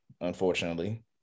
unfortunately